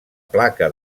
placa